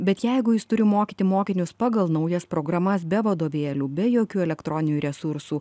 bet jeigu jis turi mokyti mokinius pagal naujas programas be vadovėlių be jokių elektroninių resursų